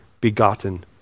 begotten